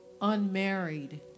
unmarried